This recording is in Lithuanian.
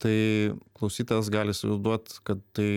tai klausytojas gali įsivaizduot kad tai